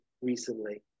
recently